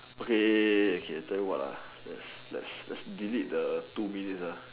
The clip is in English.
okay okay I tell you what lets delete the two minutes